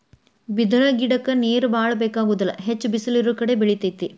ಬಿದಿರ ಗಿಡಕ್ಕ ನೇರ ಬಾಳ ಬೆಕಾಗುದಿಲ್ಲಾ ಹೆಚ್ಚ ಬಿಸಲ ಇರುಕಡೆ ಬೆಳಿತೆತಿ